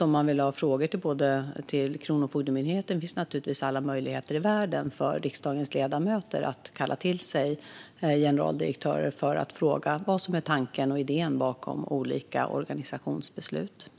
Om man däremot har frågor till Kronofogdemyndigheten finns naturligtvis alla möjligheter i världen för riksdagens ledamöter att kalla till sig generaldirektören för att fråga vad som är tanken och idéen bakom olika organisationsbeslut.